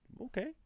okay